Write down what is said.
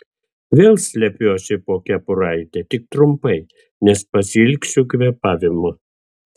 vėl slepiuosi po kepuraite tik trumpai nes pasiilgsiu kvėpavimo